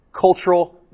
cultural